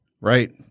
right